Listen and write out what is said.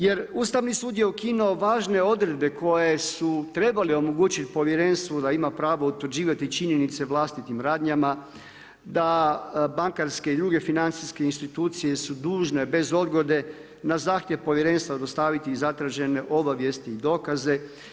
Jer Ustavni sud je ukinuo važne odredbe koje su trebale omogućiti povjerenstvu da ima pravo utvrđivati činjenice vlastitim radnjama, da bankarske i druge financijske institucije su dužne bez odgode na zahtjev povjerenstva dostaviti i zatražene obavijesti i dokaze.